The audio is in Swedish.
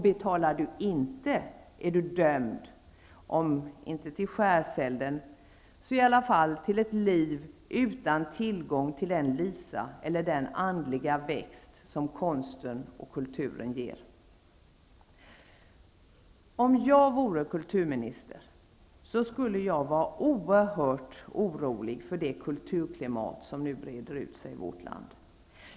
Betalar du inte är du dömd, om inte till skärselden så i alla fall till ett liv utan tillgång till den lisa eller den andliga växt som konsten och kulturen ger. Om jag vore kulturminister skulle jag vara oerhört orolig för det kulturklimat som nu breder ut sig i vårt land.